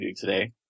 today